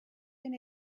been